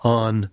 on